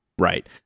Right